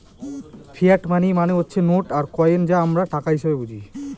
fiat money মানে হচ্ছে note আর কয়েন যা আমরা টাকা হিসেবে বুঝি